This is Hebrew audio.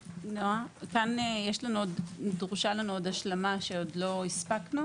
כאן דרושה לנו עוד השלמה שעוד לא הספקנו,